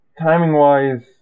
timing-wise